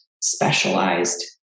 specialized